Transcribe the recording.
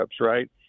right